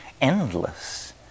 endless